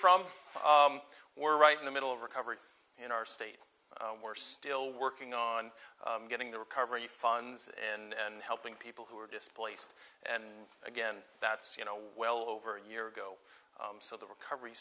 from we're right in the middle of recovery in our state we're still working on getting the recovery funs in and helping people who are displaced and again that's you know well over a year ago so the recovery